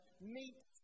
meets